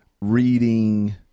reading